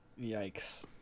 Yikes